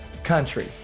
country